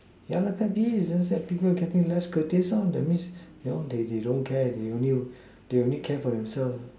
yeah lor pet peeve is people getting less courtesy lor that means they don't care they only care for themselves